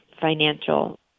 financial